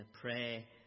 pray